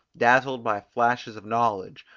dazzled by flashes of knowledge,